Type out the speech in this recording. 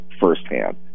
firsthand